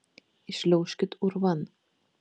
įšliaužkit urvan